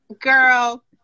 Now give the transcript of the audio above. Girl